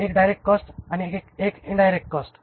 एक direct cost आणि एक इन्डायरेक्ट कॉस्ट